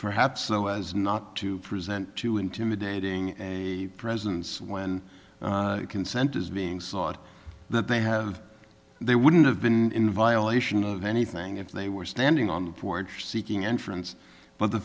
perhaps there was not to present too intimidating presence when consent is being sought that they have they wouldn't have been violation of anything if they were standing on the porch seeking entrance but the